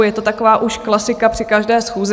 Je to taková už klasika při každé schůzi.